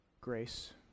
grace